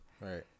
right